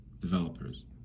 developers